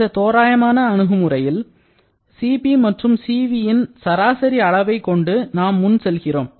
எந்த தோராயமான அணுகுமுறையில் Cp மற்றும் Cv ன் சராசரி அளவை கொண்டு நாம் முன் செல்கிறோம்